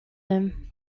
him